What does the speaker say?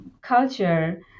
culture